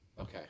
Okay